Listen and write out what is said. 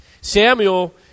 Samuel